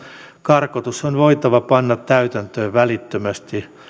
karkotus on voitava panna täytäntöön välittömästi